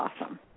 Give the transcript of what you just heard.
awesome